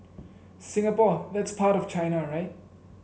Singapore that's part of China right